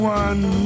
one